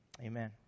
amen